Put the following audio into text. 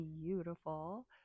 beautiful